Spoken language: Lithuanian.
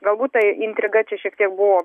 galbūt tai intriga čia šiek tiek buvo